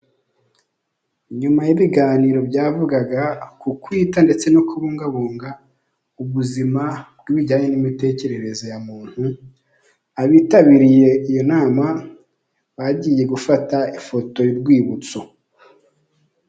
Nyuma y'ibiganiro byavugaga ku kwita ndetse no kubungabunga ubuzima bw'ibijyanye n'imitekerereze ya muntu, abitabiriye iyo nama bagiye gufata ifoto y'urwibutso.